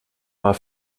war